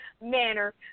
manner